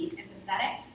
empathetic